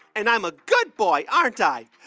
and i'm a good boy, aren't i?